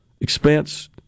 expense